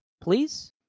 please